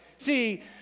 See